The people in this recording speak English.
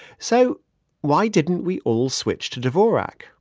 so why didn't we all switch to dvorak?